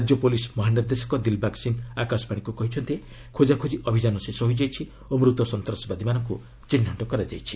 ରାଜ୍ୟ ପୁଲିସ ମହାନିର୍ଦ୍ଦେଶକ ଦିଲ୍ବାଗ ସିଂ ଆକାଶବାଣୀକୁ କହିଛନ୍ତି ଖୋଜାଖୋଟ୍ଟି ଅଭିଯାନ ଶେଷ ହୋଇଛି ଓ ମୃତ ସନ୍ତାସବାଦୀମାନଙ୍କୁ ଚିହ୍ନଟ କରାଯାଇଛି